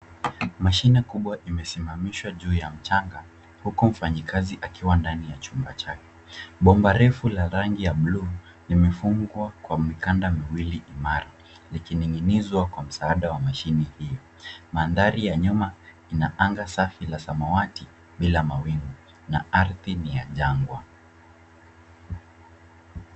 Mashine kubwa imesimamishwa juu ya mchanga huku mfanyikazi akiwa ndani ya chumba chake. Bomba refu la rangi ya blue limefungwa kwa mikanda miwili imara likining'inizwa kwa msaada wa mashine hii. Mandhari ya nyuma ina anga safi la samawati bila mawingu na ardhi ni ya jangwa,